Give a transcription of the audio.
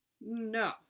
No